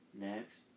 Next